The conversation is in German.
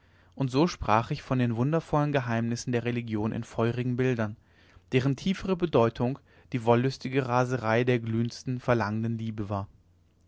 und so sprach ich von den wundervollen geheimnissen der religion in feurigen bildern deren tiefere bedeutung die wollüstige raserei der glühendsten verlangenden liebe war